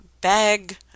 bag